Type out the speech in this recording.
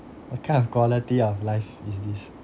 what kind of quality of life is this